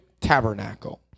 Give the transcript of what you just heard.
tabernacle